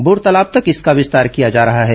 बोरतालाब तक इसका विस्तार किया जा रहा है